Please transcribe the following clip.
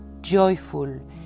joyful